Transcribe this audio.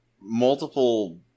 multiple